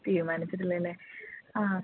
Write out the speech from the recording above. തീരുമാനിച്ചിട്ടില്ല അല്ലെ ആ